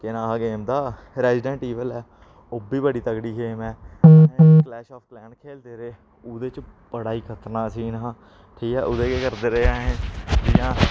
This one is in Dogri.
केह् नांऽ गेम दा रेजिडेंट टीबल ऐ ओह् बी बड़ी तगड़ी गेम ऐ क्लैश आफ क्लैन खेलदे रेह् ओह्दे च बड़ा ई खतरनाक सीन हा ठीक ऐ ओह्दे च केह् करदे रेह् असें जि'यां